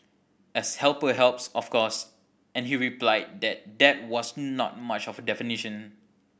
as helper helps of course and he replied that that was not much of a definition